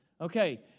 Okay